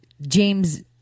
James